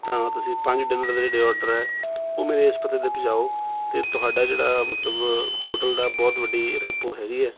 ਤਾਂ ਤੁਸੀਂ ਪੰਜ ਡਿਨਰ ਦੇ ਜਿਹੜੇ ਔਡਰ ਹੈ ਉਹ ਮੇਰੇ ਇਸ ਪਤੇ 'ਤੇ ਪਜਾਓ ਅਤੇ ਤੁਹਾਡਾ ਜਿਹੜਾ ਮਤਲਬ ਹੋਟਲ ਦਾ ਬਹੁਤ ਵੱਡੀ ਰੈਪੋ ਹੈਗੀ ਹੈ